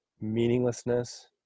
meaninglessness